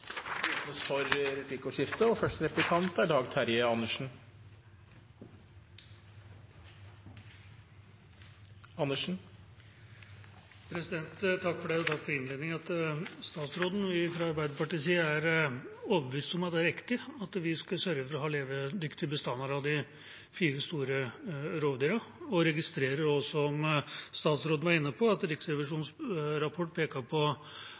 Takk for innledningen til statsråden. Fra Arbeiderpartiets side er vi overbevist om at det er riktig å sørge for å ha levedyktige bestander av de fire store rovdyrene, og vi registrerer også, som statsråden var inne på, at Riksrevisjonens rapport peker på